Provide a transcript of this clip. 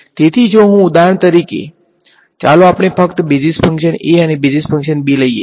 તેથી જો હું ઉદાહરણ તરીકે તો ચાલો આપણે ફક્ત બેસીસ ફંક્શન a અને બેઝિસ ફંક્શન b લઈએ